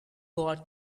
bought